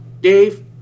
Dave